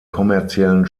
kommerziellen